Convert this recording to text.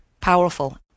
powerful